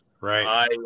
Right